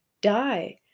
die